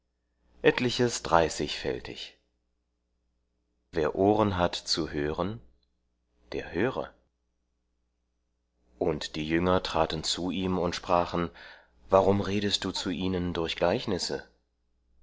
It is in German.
etliches dreißigfältig wer ohren hat zu hören der höre und die jünger traten zu ihm und sprachen warum redest du zu ihnen durch gleichnisse